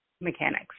mechanics